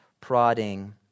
prodding